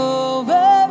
over